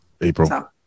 April